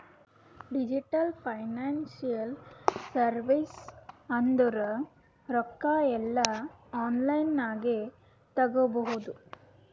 digital financial service ಅಂದುರ್ ರೊಕ್ಕಾ ಎಲ್ಲಾ ಆನ್ಲೈನ್ ನಾಗೆ ತಗೋಬೋದು